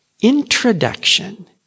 introduction